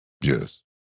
Yes